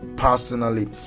personally